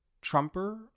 trumper